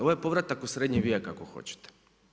Ovo je povratak u srednji vijek, ako hoćete.